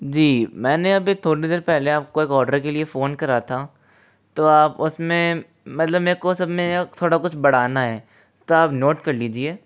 जी मैंने अभी थोड़ी देर पहले आपको एक आर्डर के लिए फोन करा था तो आप उसमें मतलब मेरे को सब में थोड़ा कुछ बढ़ाना है तो आप नोट कर लीजिए